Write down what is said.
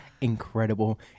incredible